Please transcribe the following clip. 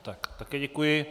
Také děkuji.